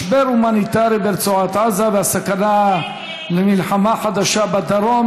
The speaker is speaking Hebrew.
משבר הומניטרי ברצועת עזה והסכנה למלחמה חדשה בדרום.